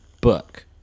book